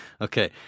Okay